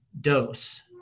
dose